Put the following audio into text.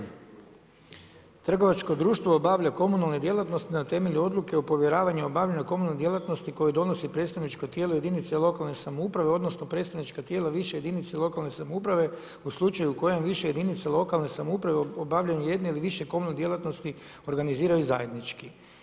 Članak 36. stavak 1. – Trgovačko društvo obavlja komunalne djelatnosti na temelju odluke o povjeravanju obavljanja komunalne djelatnosti koju donosi predstavničko tijelo jedinice lokalne samouprave, odnosno predstavnička tijela više jedinica lokalne samouprave u slučaju koje više jedinica lokalne samouprave obavljaju jedne ili više komunalne djelatnosti organiziraju zajednički.